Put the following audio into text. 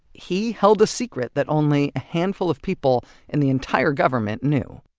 he held a secret that only a handful of people in the entire government knew